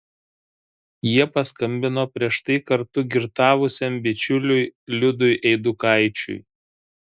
jie paskambino prieš tai kartu girtavusiam bičiuliui liudui eidukaičiui